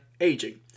aging